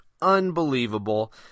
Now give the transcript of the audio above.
unbelievable